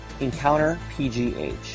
EncounterPGH